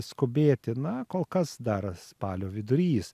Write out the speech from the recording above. skubėti na kol kas dar spalio vidurys